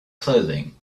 clothing